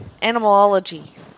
Animalology